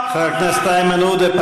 חבר הכנסת איימן עודה,